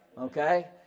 Okay